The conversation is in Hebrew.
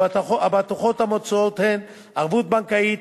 הבטוחות המוצעות הן: ערבות בנקאית,